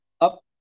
up